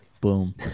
Boom